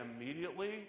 immediately